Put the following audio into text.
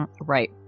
Right